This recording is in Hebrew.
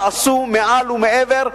ועשו מעל ומעבר,